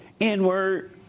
N-word